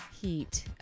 Heat